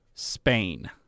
Spain